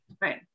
Right